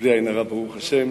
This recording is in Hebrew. בלי עין הרע, ברוך השם.